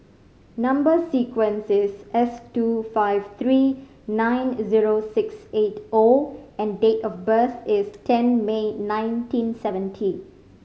number sequence is S two five three nine zero six eight O and date of birth is ten May nineteen seventy